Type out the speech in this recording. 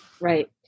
right